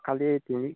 কালিয়েইটো